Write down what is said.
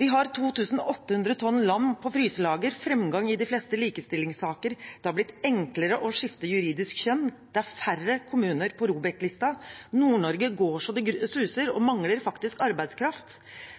vi har 2 800 tonn lam på fryselager, framgang i de fleste likestillingssaker, det har blitt enklere å skifte juridisk kjønn, det er færre kommuner på ROBEK-lista, Nord-Norge går så det suser og mangler faktisk arbeidskraft,